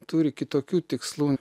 turi kitokių tikslų